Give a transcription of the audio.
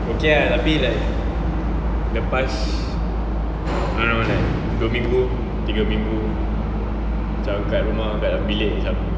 okay ah tapi like the past mm dua minggu tiga minggu macam kat rumah kat dalam bilik macam